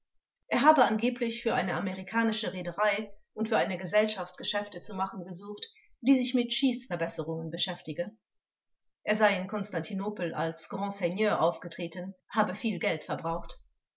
er habe angeblich für eine amerikanische reederei und für eine gesellschaft geschäfte zu machen gesucht die sich mit schießverbesserungen beschäftige er sei in konstantinopel als grand seigneur aufgetreten habe viel geld verbraucht